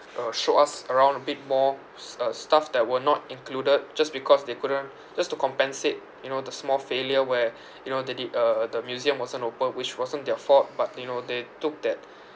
uh show us around a bit more s~ uh stuff that were not included just because they couldn't just to compensate you know the small failure where you know the the uh the museum wasn't opened which wasn't their fault but you know they took that